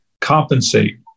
compensate